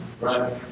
Right